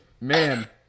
Man